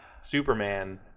Superman